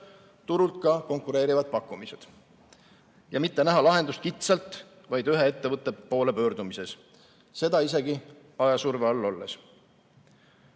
turult ka konkureerivad pakkumised ja mitte näha lahendust kitsalt vaid ühe ettevõtte poole pöördumises, seda isegi ajasurve all